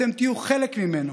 אתם תהיו חלק ממנה.